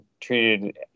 treated